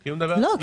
אני דיברתי על